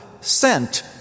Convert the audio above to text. sent